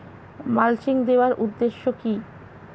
Mulching দেওয়ার উদ্দেশ্য কি?